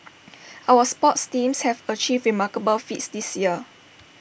our sports teams have achieved remarkable feats this year